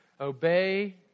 obey